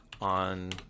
on